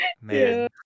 man